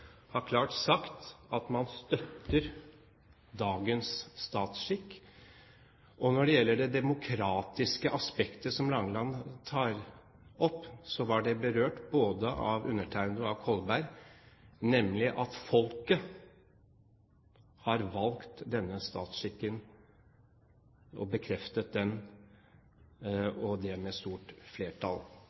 har klart sagt at man støtter dagens statsskikk. Når det gjelder det demokratiske aspektet, som Langeland tok opp, var det berørt av både meg og av Kolberg, nemlig at folket har valgt denne statsskikken og bekreftet den med stort flertall.